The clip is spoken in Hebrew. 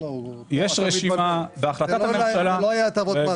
זה לא היה להטבות.